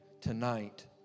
tonight